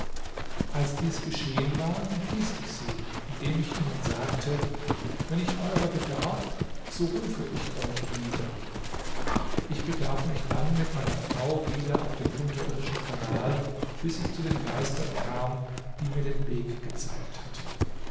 als dies geschehen war entließ ich sie indem ich ihnen sagte wenn ich eurer bedarf so rufe ich euch wieder ich begab mich dann mit meiner frau wieder auf den unterirdischen kanal bis ich zu den geistern kam die mir den weg gezeigt hatten